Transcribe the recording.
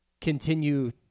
continue